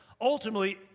Ultimately